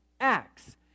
Acts